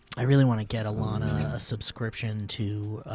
i really wanna get alana a subscription to